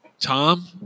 Tom